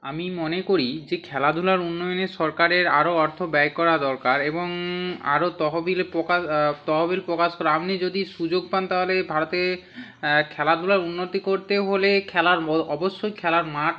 আমি মনে করি যে খেলাধূলার উন্নয়নে সরকারের আরও অর্থ ব্যয় করা দরকার এবং আরও তহবিল তহবিল প্রকাশ করা আপনি যদি সুযোগ পান তাহলে ভারতে খেলাধূলার উন্নতি করতে হলে খেলার অবশ্যই খেলার মাঠ